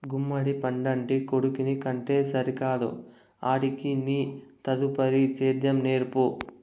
గుమ్మడి పండంటి కొడుకుని కంటే సరికాదు ఆడికి నీ తదుపరి సేద్యం నేర్పు